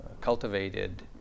cultivated